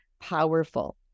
powerful